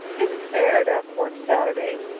it isn't fair to have to work saturdays.